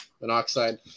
monoxide